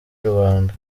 rubanda